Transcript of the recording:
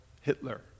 Hitler